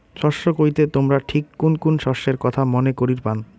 শস্য কইতে তোমরা ঠিক কুন কুন শস্যের কথা মনে করির পান?